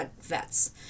vets